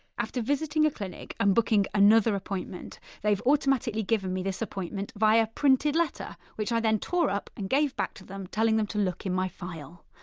after visiting a clinic and booking another appointment they've automatically given me this appointment via printed letter, which i then tore up and gave back to them telling them to look in my file.